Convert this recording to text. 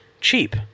cheap